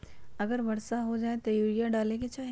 अगर वर्षा हो जाए तब यूरिया डाले के चाहि?